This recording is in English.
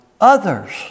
others